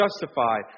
justified